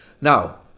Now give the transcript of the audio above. now